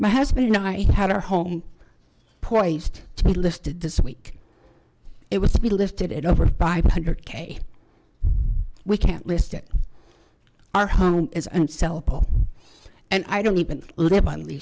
my husband and i had our home poised to be listed this week it was to be lifted at over five hundred k we can't list it our home is unsellable and i don't even live on the